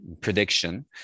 prediction